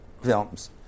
films